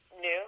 new